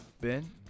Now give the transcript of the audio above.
Ben